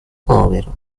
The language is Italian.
povero